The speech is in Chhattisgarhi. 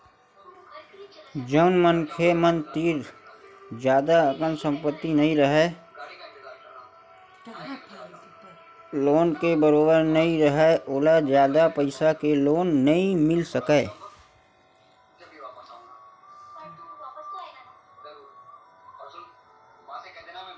जउन मनखे मन तीर जादा अकन संपत्ति नइ राहय नइते संपत्ति ह लोन के बरोबर नइ राहय ओला जादा पइसा के लोन नइ मिल सकय